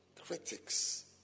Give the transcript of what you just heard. critics